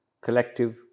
collective